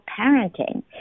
parenting